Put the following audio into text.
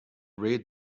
read